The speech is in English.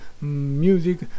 music